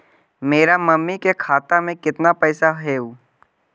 मेरा मामी के खाता में कितना पैसा हेउ?